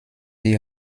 die